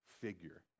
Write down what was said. figure